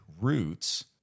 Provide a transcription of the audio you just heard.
roots